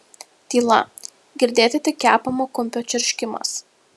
tyla girdėti tik kepamo kumpio čirškimas